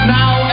now